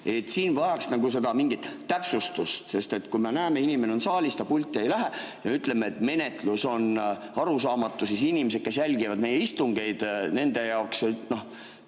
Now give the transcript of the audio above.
minna. See vajaks täpsustust. Kui me näeme, et inimene on saalis, aga ta pulti ei lähe, ja ütleme, et menetlus on arusaamatu, siis inimesed, kes jälgivad meie istungeid, nende jaoks on